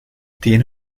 tiene